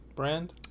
brand